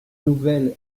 nouvelles